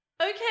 Okay